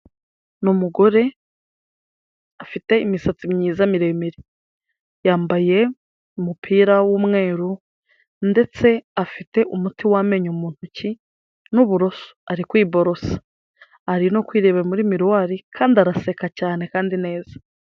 Ni umugore afite imisatsi myiza miremire, yambaye umupira w'umweru ndetse afite umuti w'amenyo mu ntoki n'uburoso, ari kwiborosa, ari no kwirebabera muri miriwari kandi araseka cyane kandi neza.